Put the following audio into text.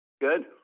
Good